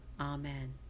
Amen